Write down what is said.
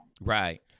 Right